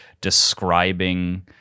describing